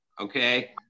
Okay